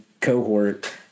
cohort